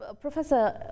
Professor